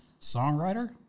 songwriter